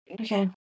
Okay